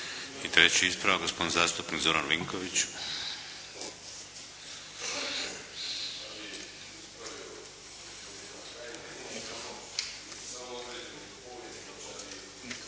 I treći ispravak gospodin zastupnik Zoran Vinković.